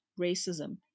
racism